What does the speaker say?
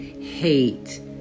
hate